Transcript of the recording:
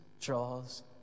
draws